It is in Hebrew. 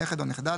נכד או נכדה,